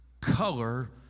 color